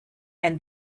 and